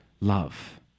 love